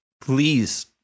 please